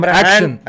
action